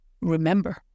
remember